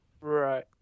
right